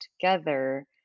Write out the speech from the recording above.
together